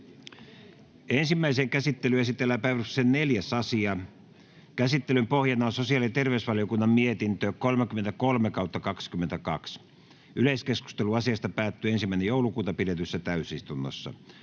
Ensimmäiseen käsittelyyn esitellään päiväjärjestyksen 4. asia. Käsittelyn pohjana on sosiaali- ja terveysvaliokunnan mietintö StVM 33/2022 vp. Yleiskeskustelu asiasta päättyi 1.12.2022 pidetyssä täysistunnossa.